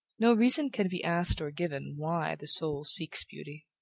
no reason can be asked or given why the soul seeks beauty.